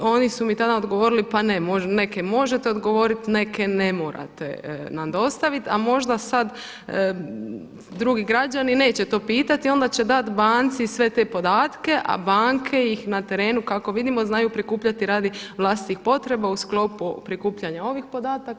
I oni su mi tada odgovorili pa ne, neke možete odgovoriti, neke ne morate nam dostaviti, a možda sad drugi građani neće to pitati i onda će dat banci sve te podatke, a banke ih na terenu kako vidimo znaju prikupljati radi vlastitih potreba u sklopu prikupljanja ovih podataka.